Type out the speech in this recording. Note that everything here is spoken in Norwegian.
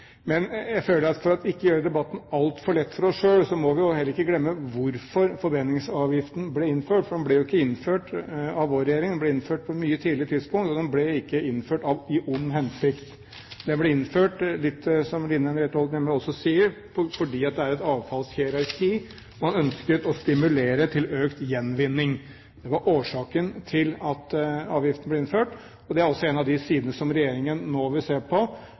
for ikke å gjøre debatten altfor lett for oss selv må vi jo heller ikke glemme hvorfor forbrenningsavgiften ble innført. Den ble jo ikke innført av vår regjering, den ble innført på et mye tidligere tidspunkt, og den ble ikke innført i ond hensikt. Den ble innført litt fordi det er – som Line Henriette Hjemdal også sier – et avfallshierarki, og man ønsket å stimulere til økt gjenvinning. Det var årsaken til at avgiften ble innført, og det er også en av de sidene som regjeringen vil se på